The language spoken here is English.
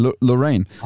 Lorraine